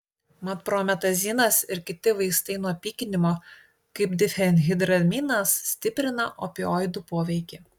mat prometazinas ir kiti vaistai nuo pykinimo kaip difenhidraminas stiprina opioidų poveikį